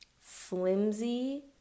flimsy